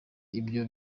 ibyo